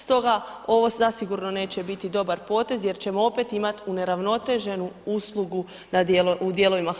Stoga ovo zasigurno neće biti dobar potez jer ćemo opet imat uneravnoteženu uslugu u dijelovima RH.